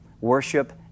worship